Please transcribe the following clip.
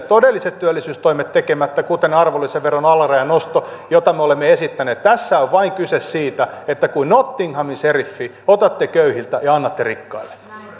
todelliset työllisyystoimet tekemättä kuten arvonlisäveron alarajan noston jota me olemme esittäneet tässä on vain kyse siitä että kuin nottinghamin seriffi otatte köyhiltä ja annatte rikkaille ministeri